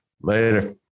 Later